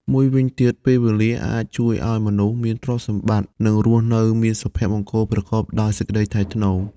មួយវិញទៀត ពេលវេលាអាចជួយអោយមនុស្សមានទ្រព្យសម្បត្តិ និងរស់នៅមានសុភមង្គលប្រកបដោយសេចក្តីថ្លៃថ្នូរ។